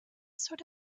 sort